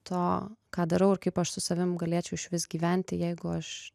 to ką darau ir kaip aš su savim galėčiau išvis gyventi jeigu aš